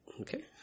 Okay